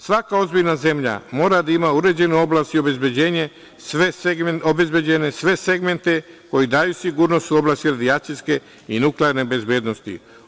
Svaka ozbiljna zemlja mora da ima uređenu oblast i obezbeđene sve segmente koji daju sigurnost u oblasti radijacijske i nuklearne bezbednosti.